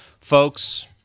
folks